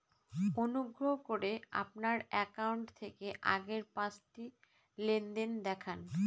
অনুগ্রহ করে আমার অ্যাকাউন্ট থেকে আগের পাঁচটি লেনদেন দেখান